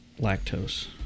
Lactose